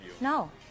No